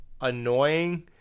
annoying